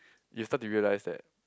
you start to realise that